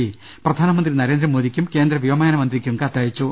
P പ്രധാനമന്ത്രി നരേന്ദ്രമോദിക്കും കേന്ദ്ര വ്യോമയാന മന്ത്രിക്കും കത്തയച്ചു